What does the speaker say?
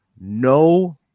no